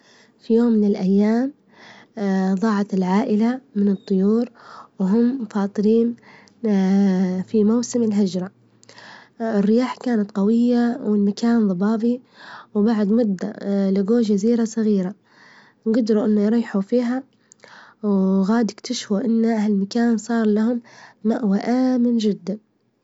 في يوم من الأيام ظاعت العائلة من الطيور وهم فاطرين في موسم الهجرة، الرياح كانت قوية، والمكان ظبابي، وبعد مدة لجو جزيرة صغيرة، وجدروا إنهم يريحوا فيها، وغادي اكتشفوا إن المكان صار لهم مأوى آمن جدا.